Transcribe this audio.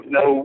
no